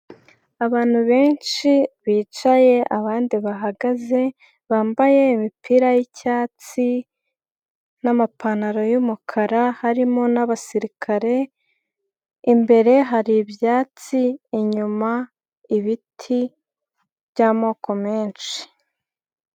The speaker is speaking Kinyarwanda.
Abantu benshi bicaye abandi bahagaze, bambaye imipira y'icyatsi n'amapantaro y'umukara, harimo n'abasirikare, imbere hari ibyatsi, inyuma ibiti by'amoko menshi.